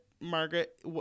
margaret